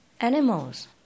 animals